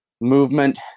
movement